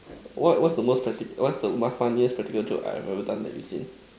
what what's the most practi~ what's the what funniest practical joke I have ever done that you seen